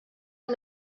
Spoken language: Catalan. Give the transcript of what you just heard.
amb